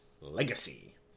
Legacy